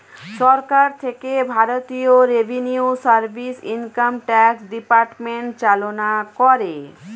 সরকার থেকে ভারতীয় revenue service, income tax department চালনা করে